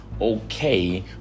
okay